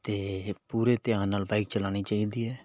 ਅਤੇ ਪੂਰੇ ਧਿਆਨ ਨਾਲ ਬਾਇਕ ਚਲਾਉਣੀ ਚਾਹੀਦੀ ਹੈ